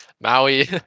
Maui